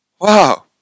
wow